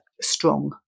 strong